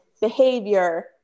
behavior